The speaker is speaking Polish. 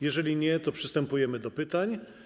Jeżeli nie, to przystępujemy do pytań.